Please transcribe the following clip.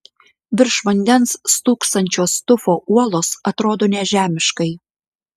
virš vandens stūksančios tufo uolos atrodo nežemiškai